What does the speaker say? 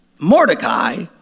Mordecai